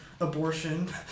abortion